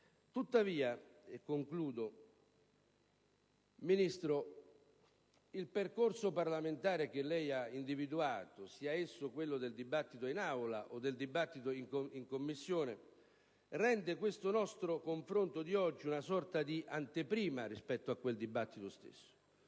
signor Ministro, il percorso parlamentare che lei ha individuato, sia esso quello del dibattito in Aula o in Commissione, rende questo nostro confronto di oggi una sorta di anteprima rispetto a quel dibattito stesso.